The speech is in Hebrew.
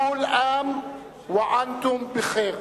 כול עאם ואנתום בח'יר.